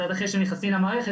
קצת אחרי שהם נכנסים למערכת,